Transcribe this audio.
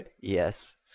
Yes